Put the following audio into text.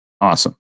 awesome